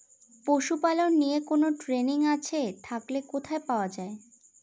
পশুপালন নিয়ে কোন ট্রেনিং আছে থাকলে কোথায় পাওয়া য়ায়?